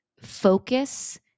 Focus